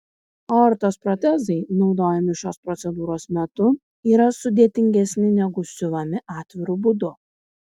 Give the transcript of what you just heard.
aortos protezai naudojami šios procedūros metu yra sudėtingesni negu siuvami atviru būdu